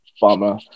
bummer